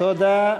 תודה.